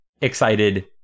excited